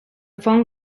phone